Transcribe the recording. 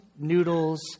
noodles